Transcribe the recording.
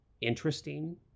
interesting